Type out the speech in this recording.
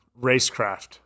Racecraft